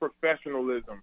professionalism